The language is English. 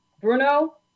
Bruno